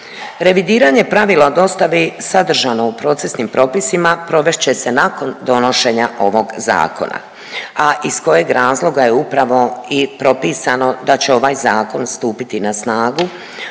Revidiranje pravila o dostavi sadržano u procesnim propisima provest će se nakon donošenja ovog zakona, a iz kojeg razloga je upravo i propisano da će ovaj zakon stupiti na snagu